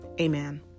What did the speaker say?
amen